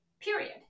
period